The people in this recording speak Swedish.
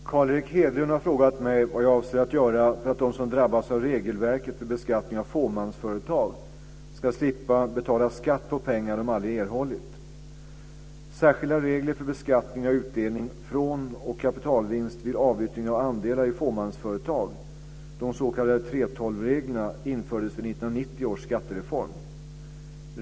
Fru talman! Carl Erik Hedlund har frågat mig vad jag avser att göra för att de som drabbas av regelverket för beskattning av fåmansföretag ska slippa betala skatt på pengar de aldrig erhållit. Särskilda regler för beskattning av utdelning från och kapitalvinst vid avyttring av andelar i fåmansföretag, de s.k. 3:12-reglerna, infördes vid 1990-års skattereform.